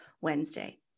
Wednesday